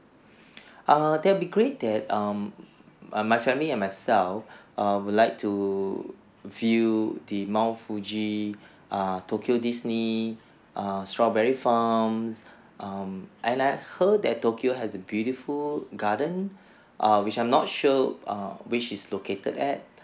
err that would be great that um my family and myself err would like to view the mount fuji err tokyo disney err strawberry farms um and I heard that tokyo has a beautiful garden err which I'm not sure err which it's located at